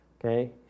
Okay